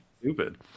stupid